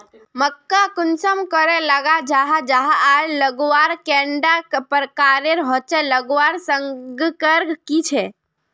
मक्का कुंसम करे लगा जाहा जाहा आर लगवार कैडा प्रकारेर होचे लगवार संगकर की झे?